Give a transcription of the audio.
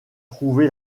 trouvé